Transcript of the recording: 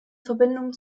verbindungen